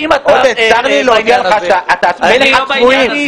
צר לי להודיע לך שאתם צבועים.